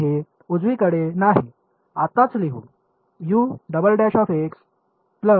तर हे उजवीकडे नाही आत्ताच लिहू